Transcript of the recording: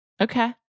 okay